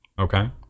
Okay